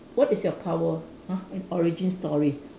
what is your power !huh! and origin story